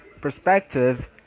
perspective